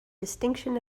distinction